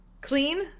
clean